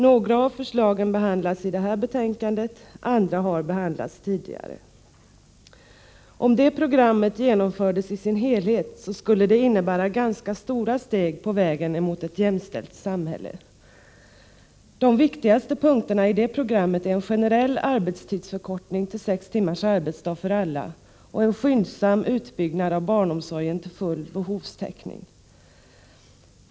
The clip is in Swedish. Några av förslagen behandlas i detta betänkande, medan andra har behandlats tidigare. Om det programmet genomfördes i sin helhet skulle det innebära ganska stora steg på vägen mot ett jämställt samhälle. De viktigaste punkterna i det programmet är en generell arbetstidsförkortning till sex timmars arbetsdag för alla och en skyndsam utbyggnad av barnomsorgen till full behovstäckning.